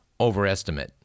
overestimate